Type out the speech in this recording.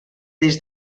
des